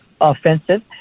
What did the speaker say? offensive